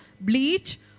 bleach